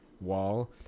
wall